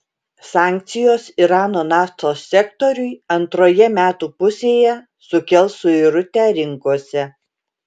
sankcijos irano naftos sektoriui antroje metų pusėje sukels suirutę rinkose